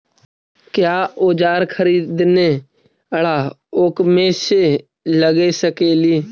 क्या ओजार खरीदने ड़ाओकमेसे लगे सकेली?